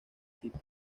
tipo